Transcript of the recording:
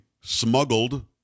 smuggled